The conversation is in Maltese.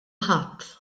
ħadd